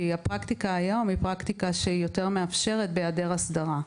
הפרקטיקה היום היא פרקטיקה שיותר מאפשרת בהיעדר הסדרה.